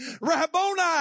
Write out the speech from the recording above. Rabboni